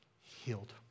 healed